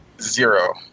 Zero